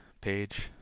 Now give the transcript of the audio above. page